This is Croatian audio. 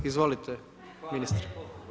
Izvolite ministre.